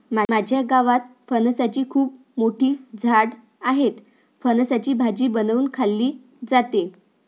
माझ्या गावात फणसाची खूप मोठी झाडं आहेत, फणसाची भाजी बनवून खाल्ली जाते